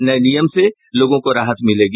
नये नियम से लोगों को राहत मिलेगी